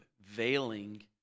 veiling